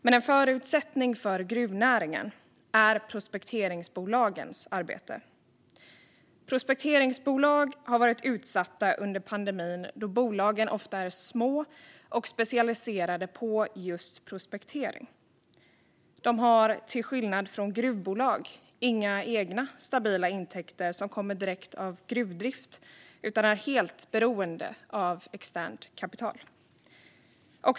Men en förutsättning för gruvnäringen är prospekteringsbolagens arbete. Prospekteringsbolag har under pandemin varit utsatta då bolagen ofta är små och specialiserade på just prospektering. De har, till skillnad från gruvbolag, inga egna stabila intäkter som kommer direkt av gruvdrift utan är helt beroende av externt kapital.